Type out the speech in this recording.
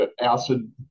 acid